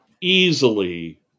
easily